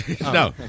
no